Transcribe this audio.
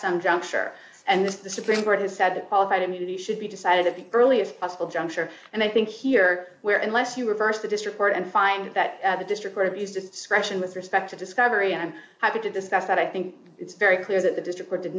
some juncture and this is the supreme court has said that qualified immunity should be decided at the earliest possible juncture and i think here we are unless you reverse the district court and find that the district where abused its discretion with respect to discovery i'm happy to discuss that i think it's very clear that the district or did